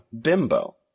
Bimbo